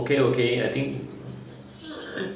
okay okay I think hmm